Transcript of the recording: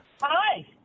hi